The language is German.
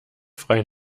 freien